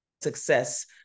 success